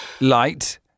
light